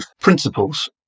principles